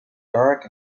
dark